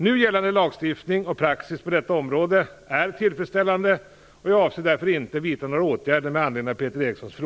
Nu gällande lagstiftning och praxis på detta område är tillfredsställande, och jag avser därför inte att vidta några åtgärder med anledning av Peter